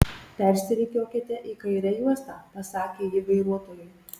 persirikiuokite į kairę juostą pasakė ji vairuotojui